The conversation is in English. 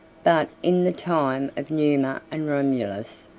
but, in the time of numa and romulus,